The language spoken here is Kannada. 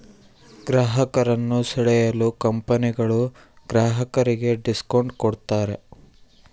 ಗ್ರಾಹಕರನ್ನು ಸೆಳೆಯಲು ಕಂಪನಿಗಳು ಗ್ರಾಹಕರಿಗೆ ಡಿಸ್ಕೌಂಟ್ ಕೂಡತಾರೆ